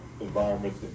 environment